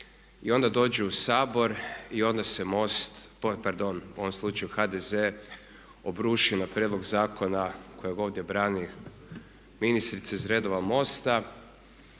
i onda dođe u Sabor i onda se MOST, pardon u ovom slučaju HDZ obruši na prijedlog zakona kojeg ovdje brani ministrica iz redova MOST-a.